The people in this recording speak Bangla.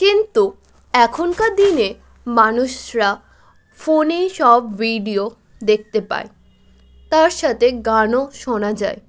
কিন্তু এখনকার দিনে মানুষরা ফোনে সব ভিডিও দেখতে পায় তার সাথে গানও শোনা যায়